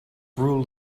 rule